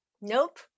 nope